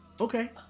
Okay